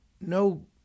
no